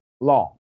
law